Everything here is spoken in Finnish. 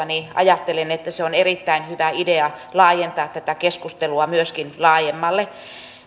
niin ajattelin että on erittäin hyvä idea laajentaa tätä keskustelua myöskin laajemmalle